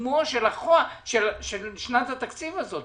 בעיצומה של שנת התקציב הזאת.